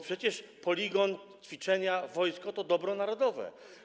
Przecież poligon, ćwiczenia, wojsko to dobro narodowe.